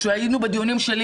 כשהיינו בדיונים שלי,